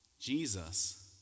Jesus